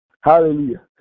Hallelujah